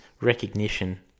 recognition